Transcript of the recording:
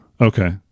Okay